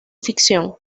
ficción